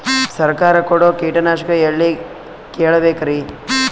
ಸರಕಾರ ಕೊಡೋ ಕೀಟನಾಶಕ ಎಳ್ಳಿ ಕೇಳ ಬೇಕರಿ?